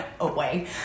away